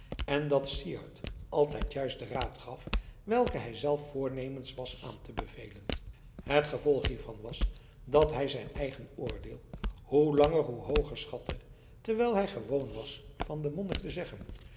en dat syard altijd juist den raad gaf welken hij zelf voornemens was aan te bevelen het gevolg hiervan was dat hij zijn eigen oordeel hoe langer hoe hooger schatte terwijl hij gewoon was van den monnik te zeggen